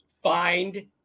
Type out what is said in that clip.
Find